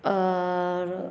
आओर